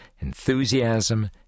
enthusiasm